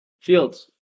Fields